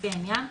לפי העניין,